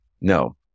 no